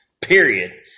Period